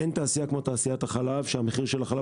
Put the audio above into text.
אין תעשייה כמו תעשיית החלב שמחיר החלב